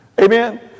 Amen